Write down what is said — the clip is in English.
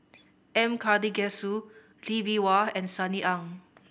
M Karthigesu Lee Bee Wah and Sunny Ang